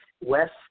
West